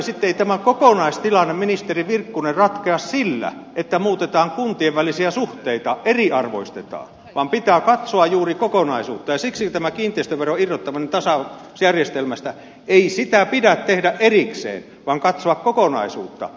ei tämä kokonaistilanne ministeri virkkunen ratkea sillä että muutetaan kuntien välisiä suhteita eriarvoistetaan vaan pitää katsoa juuri kokonaisuutta ja siksi tätä kiinteistöveron irrottamista tasausjärjestelmästä ei pidä tehdä erikseen vaan pitää katsoa kokonaisuutta